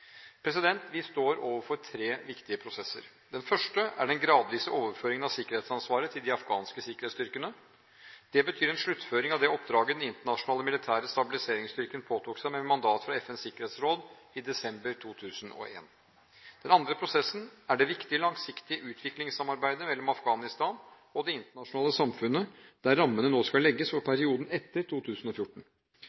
Vi står overfor tre viktige prosesser. Den første er den gradvise overføringen av sikkerhetsansvaret til afghanske sikkerhetsstyrker. Det betyr en sluttføring av det oppdraget den internasjonale militære stabiliseringsstyrken påtok seg, med mandat fra FNs sikkerhetsråd i desember 2001. Den andre prosessen er det viktige langsiktige utviklingssamarbeidet mellom Afghanistan og det internasjonale samfunnet, der rammene nå skal legges for